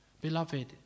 beloved